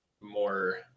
more